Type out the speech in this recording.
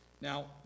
now